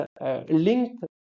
linked